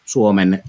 Suomen